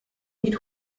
nicht